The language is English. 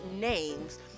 names